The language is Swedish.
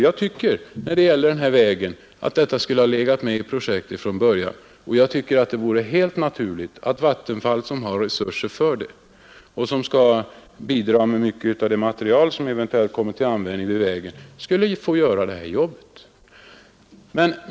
Jag tycker att den här vägen till Ritsem borde ha varit med i projektet från början och att det är helt naturligt att Vattenfall, som har resurser härför och skall bidra med mycket av det material som skall användas för vägen, skulle få göra detta jobb.